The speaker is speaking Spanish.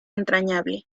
entrañable